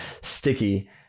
Sticky